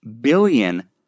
billion